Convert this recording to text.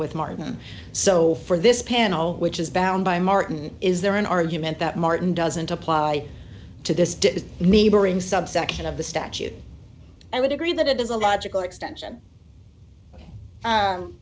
with martin so for this panel which is bound by martin is there an argument that martin doesn't apply to this to me bring subsection of the statute i would agree that it is a logical extension